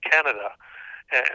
Canada